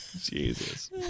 Jesus